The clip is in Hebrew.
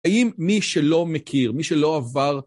אם מי שלא מכיר, מי שלא עבר...